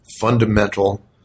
fundamental